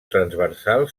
transversal